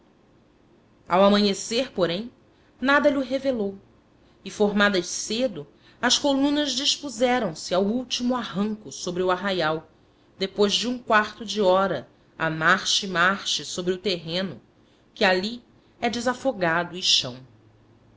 ao amanhecer porém nada lho revelou e formadas cedo as colunas dispuseram-se ao último arranco sobre o arraial depois de um quarto de hora a marche-marche sobre o terreno que ali é desafogado e chão